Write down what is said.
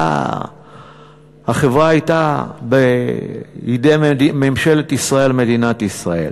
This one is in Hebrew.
החברה הייתה בידי ממשלת ישראל, מדינת ישראל.